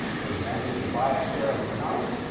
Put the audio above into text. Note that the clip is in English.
for example, if you buy a share of mcdonald's,